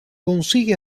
consigue